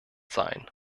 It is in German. sein